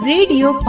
Radio